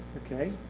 okay.